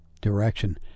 direction